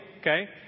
Okay